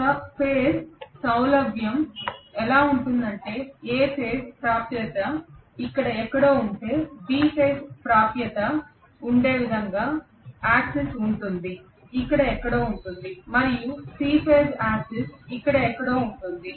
ఒక ఫేజ్ సౌలభ్యం ఎలా ఉంటుందంటే A ఫేజ్ సౌలభ్యం ఇక్కడ ఎక్కడో ఉంటే B ఫేజ్ సౌలభ్యం ఉండే విధంగా యాక్సెస్ ఉంటుంది ఇక్కడ ఎక్కడో ఉంటుంది మరియు C ఫేజ్ యాక్సెస్ ఇక్కడ ఎక్కడో ఉంటుంది